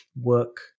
Work